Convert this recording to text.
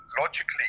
logically